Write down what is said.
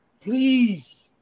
Please